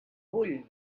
vull